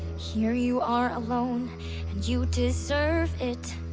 here you are alone and you deserve it